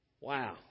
Wow